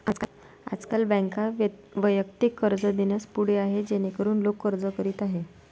आजकाल बँका वैयक्तिक कर्ज देण्यास पुढे आहेत जेणेकरून लोक अर्ज करीत आहेत